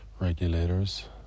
regulators